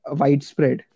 widespread